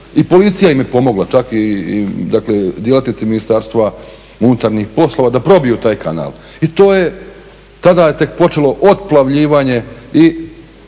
i policija im je pomogla, čak i djelatnici Ministarstva unutarnjih poslova da probiju taj kanal. I to je, tada je tek počelo otplavljivanje i